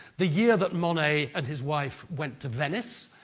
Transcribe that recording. the year that monet and his wife went to venice,